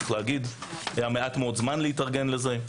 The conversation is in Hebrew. צריך להגיד שהיה מעט מאוד זמן להתארגן לזה,